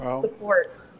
Support